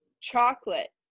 Chocolate